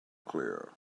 clear